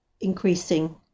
increasing